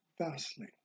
vastly